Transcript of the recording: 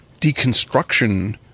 deconstruction